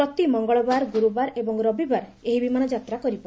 ପ୍ରତି ମଙ୍ଗଳବାର ଗୁରୁବାର ଓ ରବିବାର ଏହି ବିମାନ ଯାତ୍ରା କରିବ